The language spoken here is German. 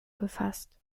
gefasst